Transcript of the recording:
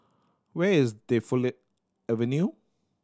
where is Defu Avenue